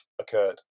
occurred